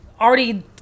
already